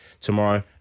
tomorrow